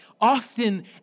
Often